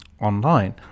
online